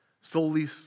solely